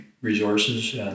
resources